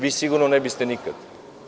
Vi sigurno ne biste nikada.